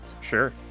Sure